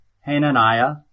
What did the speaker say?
Hananiah